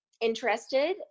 Interested